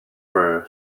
for